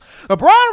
LeBron